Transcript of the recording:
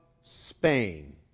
Spain